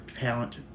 talent